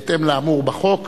בהתאם לאמור בחוק.